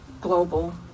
global